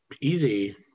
easy